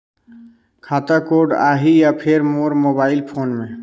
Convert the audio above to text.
खाता कोड आही या फिर मोर मोबाइल फोन मे?